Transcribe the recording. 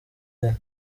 linah